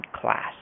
class